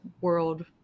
world